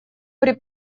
при